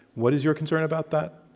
what is your concern about that?